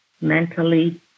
mentally